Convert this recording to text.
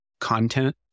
content